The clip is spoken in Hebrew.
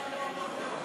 אדוני היושב-ראש,